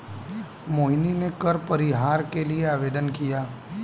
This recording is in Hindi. मोहिनी ने कर परिहार के लिए आवेदन किया